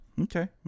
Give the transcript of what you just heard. Okay